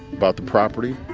about the property.